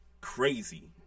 crazy